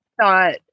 thought